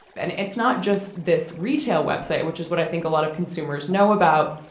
and it's not just this retail website which is what i think a lot of consumers know about.